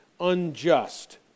unjust